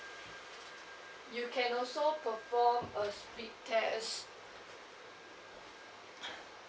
you can also perform a speed test